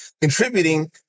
contributing